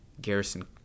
garrison